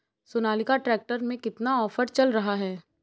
Sonalika tractor में कितना offer चल रहा है?